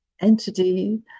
entity